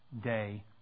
day